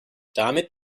damit